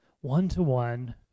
one-to-one